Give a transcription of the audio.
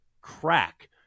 crack